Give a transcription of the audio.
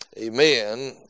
amen